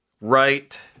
right